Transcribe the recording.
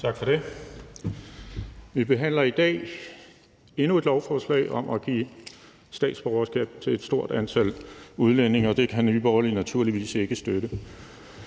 Tak for det. Vi behandler i dag endnu et lovforslag om at give statsborgerskab til et stort antal udlændinge, og det kan Nye Borgerlige naturligvis ikke støtte.